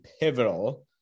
pivotal